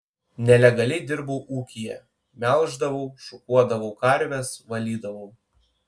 nelegaliai dirbau ūkyje melždavau šukuodavau karves valydavau